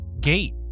gate